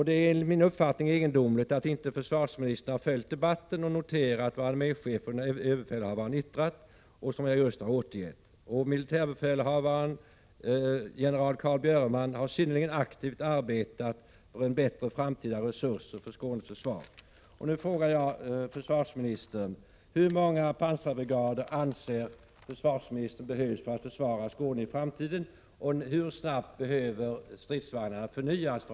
Det är enligt min uppfattning egendomligt att försvarsministern inte har följt debatten och noterat vad man yttrat, alltså det som jag nyss återgett samt vad ÖB yttrat. Militärbefälhavaren, generallöjtnant Carl Björeman, har synnerligen aktivt arbetat för bättre framtida resurser för Skånes försvar.